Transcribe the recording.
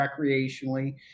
recreationally